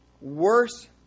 worse